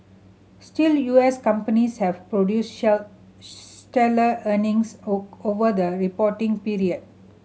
still U S companies have produced stellar earnings over the reporting period